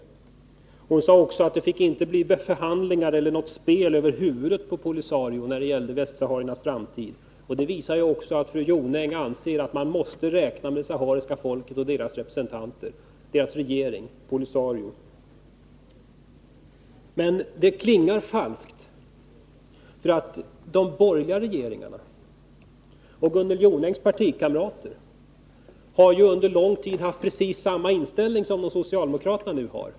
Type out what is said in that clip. Gunnel Jonäng sade också att det inte fick bli några förhandlingar eller något spel över huvudet på POLISARIO när det gäller västsahariernas framtid. Det visar att Gunnel Jonäng anser att man måste räkna med det sahariska folket och dess representanter, dess regering, POLISARIO. Men detta klingar falskt, för de borgerliga regeringarna och Gunnel Jonängs partikamrater har under lång tid haft precis samma inställning som socialdemokraterna nu har.